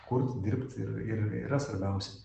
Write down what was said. kurt dirbt ir ir yra svarbiausia